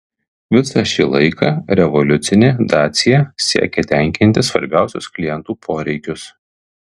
visą šį laiką revoliucinė dacia siekė tenkinti svarbiausius klientų poreikius